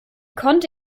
konnte